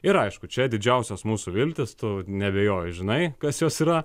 ir aišku čia didžiausios mūsų viltys tu neabejoju žinai kas jos yra